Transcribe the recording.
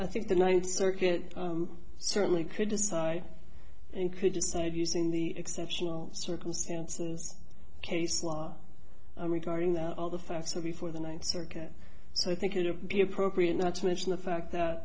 i think the ninth circuit certainly could decide and could decide using the exceptional circumstances case law regarding that all the facts are before the ninth circuit so i think it would be appropriate not to mention the fact that